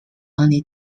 only